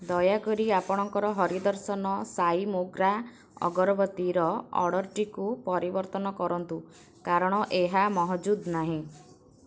ଦୟାକରି ଆପଣଙ୍କର ହରି ଦର୍ଶନ ସାଇ ମୋଗ୍ରା ଅଗରବତୀର ଅର୍ଡ଼ର୍ଟିକୁ ପରିବର୍ତ୍ତନ କରନ୍ତୁ କାରଣ ଏହା ମହଜୁଦ ନାହିଁ